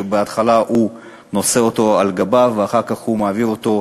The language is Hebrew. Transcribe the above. שבהתחלה הוא נושא אותן על גבו ואחר כך מעביר אותן